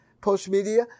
PostMedia